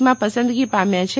માં પસંદગી પામ્યા છે